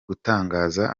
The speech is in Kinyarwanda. gutangaza